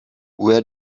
where